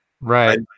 right